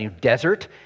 desert